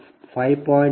5358 0